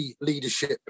leadership